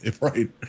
Right